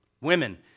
Women